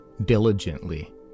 diligently